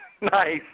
Nice